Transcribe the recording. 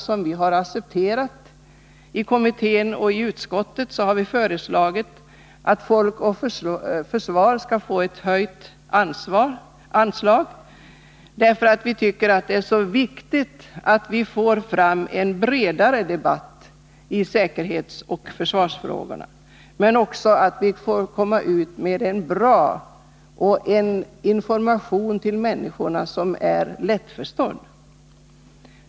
Därför har vi föreslagit ett höjt anslag till Folk och Försvar. Vi anser det viktigt att få i gång en bredare debatt i säkerhetsoch försvarsfrågorna och att få ut en bra och lättförstådd information till människorna.